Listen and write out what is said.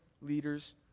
leaders